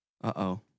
Uh-oh